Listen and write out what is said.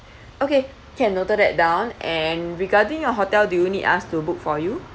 okay can noted that down and regarding your hotel do you need us to book for you